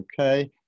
okay